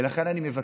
ולכן אני מבקש,